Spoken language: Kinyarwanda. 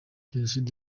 jenoside